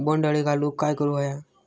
बोंड अळी घालवूक काय करू व्हया?